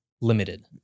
limited